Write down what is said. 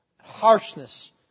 harshness